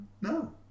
no